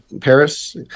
Paris